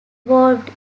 evolved